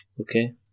Okay